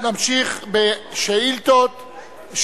נמשיך בשאילתות,